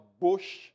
bush